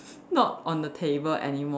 not on the table anymore